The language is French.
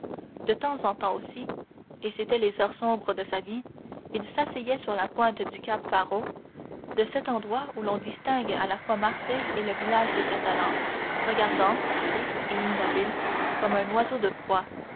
de temps en temps aussi et c'étaient les heures sombres de sa vie il s'asseyait sur la pointe du cap pharo de cet endroit où l'on distingue à la fois marseille et le village des catalans regardant triste et immobile comme un oiseau de proie